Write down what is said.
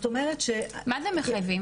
מה זה מחייבים?